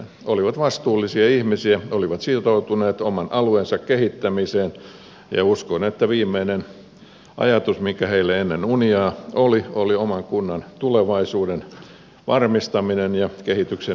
he olivat vastuullisia ihmisiä he olivat sitoutuneet oman alueensa kehittämiseen ja uskon että viimeinen ajatus joka heillä ennen unia oli oli oman kunnan tulevaisuuden varmistaminen ja kehityksen eteenpäin vieminen